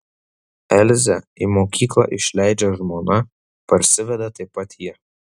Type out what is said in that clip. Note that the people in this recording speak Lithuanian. elzę į mokyklą išleidžia žmona parsiveda taip pat ji